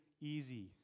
easy